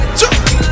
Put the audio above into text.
jump